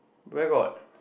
where got